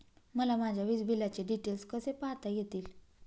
मला माझ्या वीजबिलाचे डिटेल्स कसे पाहता येतील?